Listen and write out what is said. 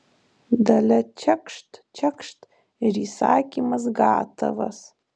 dalia čekšt čekšt ir įsakymas gatavas